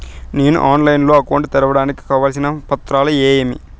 నేను ఆన్లైన్ లో అకౌంట్ తెరవడానికి కావాల్సిన పత్రాలు ఏమేమి?